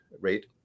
rate